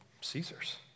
Caesar's